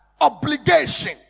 obligation